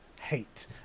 hate